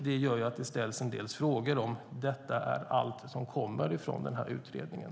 Det gör att det ställs en del frågor om ifall detta är allt som kommer att komma ut av utredningen.